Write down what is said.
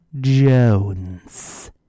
Jones